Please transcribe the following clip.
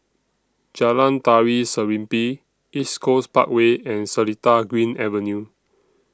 Jalan Tari Serimpi East Coast Parkway and Seletar Green Avenue